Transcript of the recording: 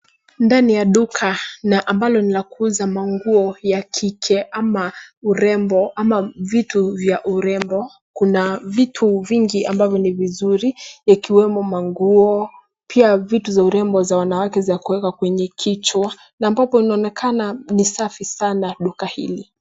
Ndani ya duka na ambalo ni la kuuza manguo ya kike ama urembo ama vitu vya urembo. Kuna vitu vingi ambavyo ni vizuri vikiwemo manguo. Pia vitu za urembo za wanawake za kuweka kwenye kichwa na ambapo kunaonekana ni safi sana duka hili.